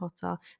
hotter